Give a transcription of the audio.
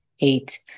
Eight